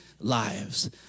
lives